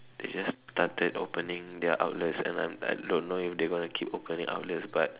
they just started opening their outlets and I'm I don't know if they gonna keep opening outlets but